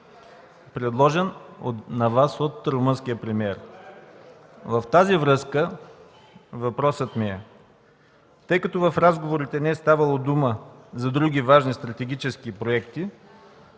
предложен Ви от румънския премиер. В тази връзка въпросът ми е: тъй като в разговорите не е ставало дума за други важни стратегически проекти,